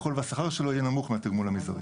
יכול והשכר שלו יהיה נמוך מהתגמול המזערי.